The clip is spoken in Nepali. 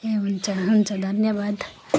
ए हुन्छ हुन्छ धन्यवाद